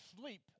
sleep